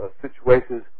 situations